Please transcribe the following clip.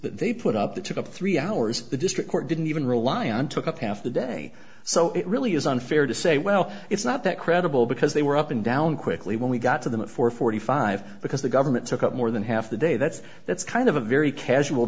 they put up that took up three hours the district court didn't even rely on took up half the day so it really isn't fair to say well it's not that credible because they were up and down quickly when we got to them at four forty five because the government took up more than half the day that's that's kind of a very casual